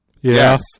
Yes